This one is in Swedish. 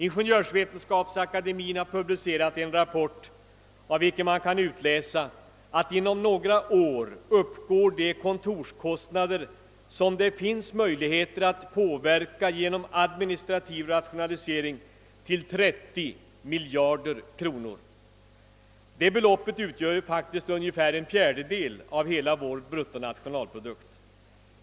Ingeniörsvetenskapsakademien har publicerat en rapport, av vilken man kan utläsa att inom några år uppgår de kontorskostnader som det finns möjligheter att påverka genom administrativ rationalisering till 30 miljarder kronor. Detta belopp utgör faktiskt ungefär en fjärdedel av hela vår bruttonationalprodukt.